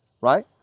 right